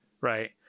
right